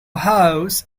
house